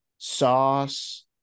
sauce